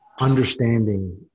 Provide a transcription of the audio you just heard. understanding